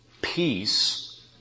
Peace